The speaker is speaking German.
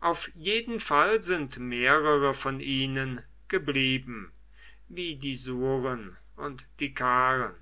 auf jeden fall sind mehrere von ihnen geblieben wie die surn und die karn